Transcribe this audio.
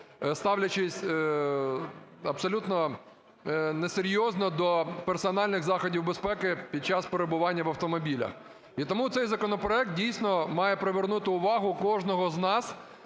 ставлячись абсолютно несерйозно до персональних заходів безпеки під час перебування в автомобілях. І тому цей законопроект, дійсно, має привернути увагу кожного з нас,